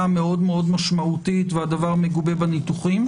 מאוד מאוד משמעותית והדבר מגובה בניתוחים?